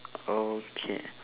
okay